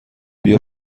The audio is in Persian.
بیا